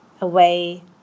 away